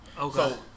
Okay